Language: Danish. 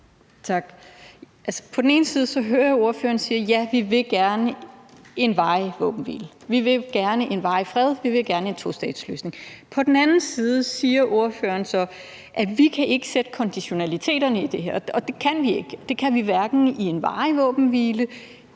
På den ene side hører jeg ordføreren sige, at ja, vi vil gerne en varig våbenhvile, vi vil gerne en varig fred, vi vil gerne en tostatsløsning. På den anden side siger ordføreren så, at vi ikke kan sætte konditionaliteterne i det her, og det kan vi ikke – det kan vi